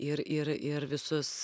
ir ir ir visus